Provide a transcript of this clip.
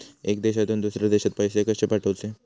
एका देशातून दुसऱ्या देशात पैसे कशे पाठवचे?